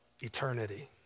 eternity